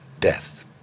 death